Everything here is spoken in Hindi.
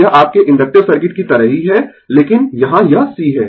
यह आपके इन्डक्टिव सर्किट की तरह ही है लेकिन यहां यह C है